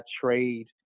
trade